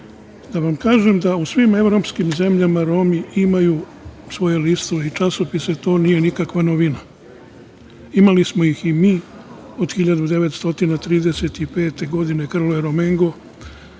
vam kažem da u svim evropskim zemljama Romi imaju svoje listove i časopise, to nije nikakva novina. Imali smo ih i mi od 1935. godine, „Krlo e romengo“,